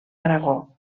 aragó